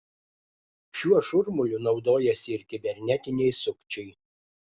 šiuo šurmuliu naudojasi ir kibernetiniai sukčiai